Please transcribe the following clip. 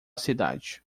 cidade